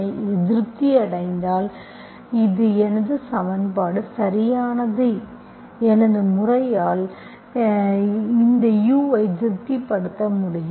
இது திருப்தி அடைந்தால் எனது சமன்பாடு சரியானது இந்த முறையால் எனது u இதை திருப்திப்படுத்த முடியும்